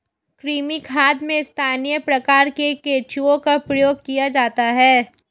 कृमि खाद में स्थानीय प्रकार के केंचुओं का प्रयोग किया जाता है